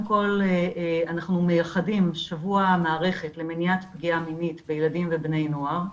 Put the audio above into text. אנחנו מייחדים שבוע מערכת למניעת פגיעה מינית בילדים ובני נוער.